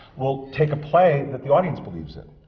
will take a play that the audience believes in.